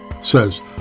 says